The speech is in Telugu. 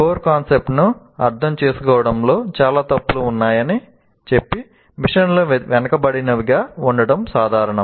కోర్ కాన్సెప్ట్ను అర్థం చేసుకోవడంలో చాలా తప్పులు ఉన్నాయని చెప్పి మిషన్లు వెనుకబడినవిగా ఉండటం సాధారణం